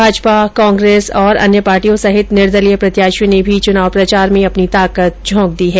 Bhajpa Congress और अन्य पार्टियों सहित निर्दलीय प्रत्याशियों ने भी चुनाव प्रचार में अपनी ताकत झोंक दी है